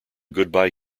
goodbye